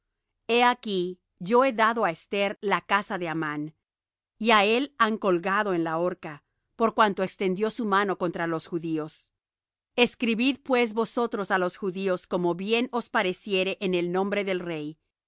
he aquí yo he dado á esther la casa de amán y á él han colgado en la horca por cuanto extendió su mano contra los judíos escribid pues vosotros á los judíos como bien os pareciere en el nombre del rey